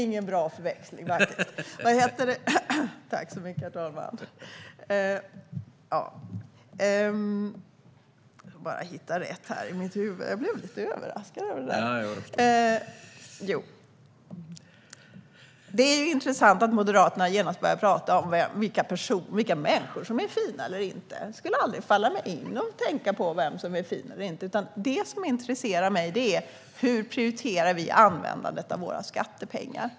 Herr talman! Det är intressant att Moderaterna genast börjar tala om vilka människor som är fina eller inte. Det skulle aldrig falla mig in att tänka på vem som är fin eller inte. Det som intresserar mig är: Hur prioriterar vi användandet av våra skattepengar?